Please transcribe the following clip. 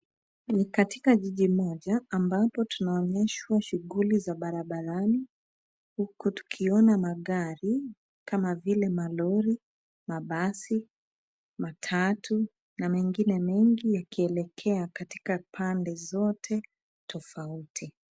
Ni katika jiji moja ambapo tunaonyeshwa shuguli za barabarani huku tukiona magari kama vile malori, mabasi, matatu na mengine mengi yakielekea katika pande zote tofauti.